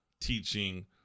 teaching